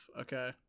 okay